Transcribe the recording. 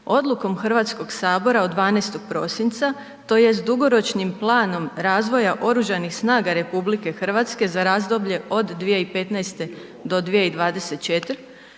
odlukom HS od 12. prosinca tj. dugoročnim planom razvoja oružanih snaga RH za razdoblje od 2015. do 2024.,